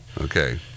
Okay